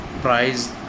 price